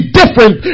different